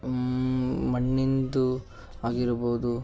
ಮಣ್ಣಿನದು ಆಗಿರಬೋದು